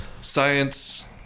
science